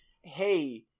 hey